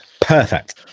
Perfect